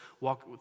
walk